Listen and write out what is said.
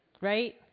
Right